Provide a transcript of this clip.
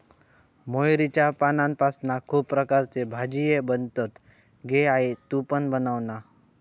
मोहरीच्या पानांपासना खुप प्रकारचे भाजीये बनतत गे आई तु पण बनवना